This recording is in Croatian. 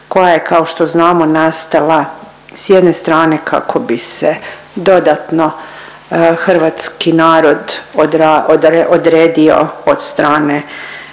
koja je kao što znamo nastala s jedne strane kako bi se dodatno hrvatski narod odredio od strane